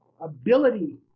ability